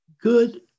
good